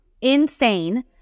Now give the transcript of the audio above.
insane